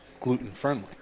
gluten-friendly